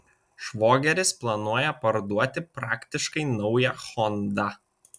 švogeris planuoja parduoti praktiškai naują hondą